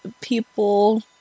people